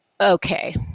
Okay